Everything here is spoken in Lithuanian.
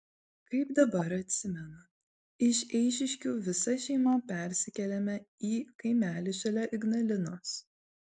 kaip dabar atsimenu iš eišiškių visa šeima persikėlėme į kaimelį šalia ignalinos